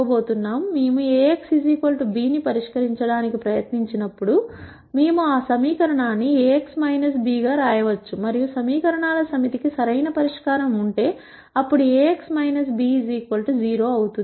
మేము Ax b ని పరిష్కరించడానికి ప్రయత్నించినప్పుడు మేము ఆ సమీకరణాన్ని A x b గా వ్రాయవచ్చు మరియు సమీకరణాల సమితి కి సరైన పరిష్కారం ఉంటే అప్పుడు Ax b 0 అవుతుంది